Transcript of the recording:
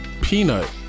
Peanut